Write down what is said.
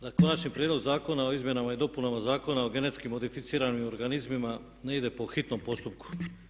Dakle, Konačni prijedlog zakona o izmjenama i dopunama Zakona o genetski modificiranim organizmima ne ide po hitnom postupku.